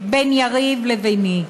בין יריב לביני.